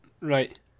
right